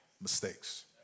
mistakes